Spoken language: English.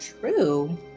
True